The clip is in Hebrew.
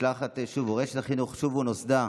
"שובו" נוסדה